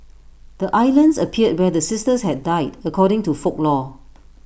the islands appeared where the sisters had died according to folklore